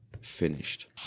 finished